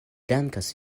dankas